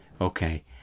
Okay